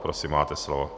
Prosím, máte slovo.